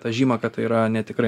tą žymą kad tai yra netikrai